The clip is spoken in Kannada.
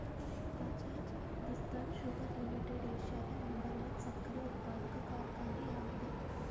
ಬಜಾಜ್ ಹಿಂದುಸ್ತಾನ್ ಶುಗರ್ ಲಿಮಿಟೆಡ್ ಏಷ್ಯಾದ ನಂಬರ್ ಒನ್ ಸಕ್ಕರೆ ಉತ್ಪಾದಕ ಕಾರ್ಖಾನೆ ಆಗಿದೆ